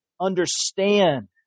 understand